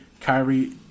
Kyrie